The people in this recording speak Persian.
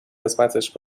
قسمتش